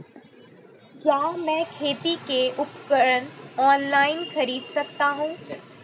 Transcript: क्या मैं खेती के उपकरण ऑनलाइन खरीद सकता हूँ?